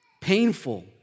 painful